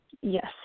Yes